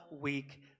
week